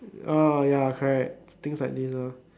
orh ya correct things like these lor